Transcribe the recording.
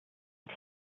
but